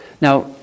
Now